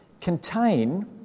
contain